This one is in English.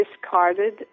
discarded